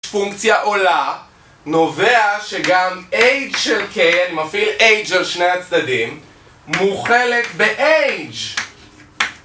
פונקציה עולה, נובע שגם h של k, אני מפעיל h על שני הצדדים, מוכלת ב-h